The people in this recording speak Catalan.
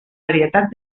varietat